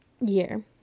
year